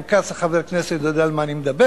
חיים כץ, חבר הכנסת, יודע על מה אני מדבר.